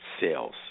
Sales